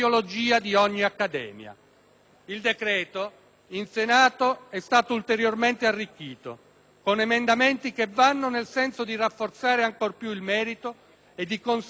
Il decreto-legge in Senato è stato ulteriormente arricchito con emendamenti che vanno nel senso di rafforzare ancora di più il merito e di consentire la valutazione.